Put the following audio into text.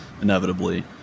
inevitably